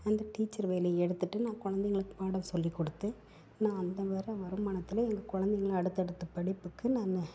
அந்த டீச்சர் வேலையை எடுத்துகிட்டு நான் குழந்தைங்களுக்கு பாடம் சொல்லிக்கொடுத்து நான் அதில் வர வருமானத்தில் எங்கள் குழந்தைங்கள அடுத்தடுத்து படிப்புக்கு நானு